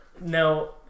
no